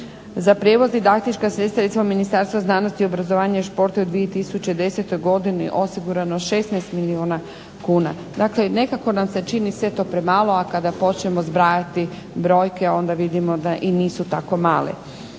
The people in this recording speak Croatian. Za prijevoz, didaktička sredstva recimo Ministarstvo znanosti, obrazovanja i športa u 2010. godini osigurano 16 milijuna kuna. Dakle nekako nam se čini sve to premalo, a kada počnemo zbrajati brojke onda vidimo da i nisu tako male.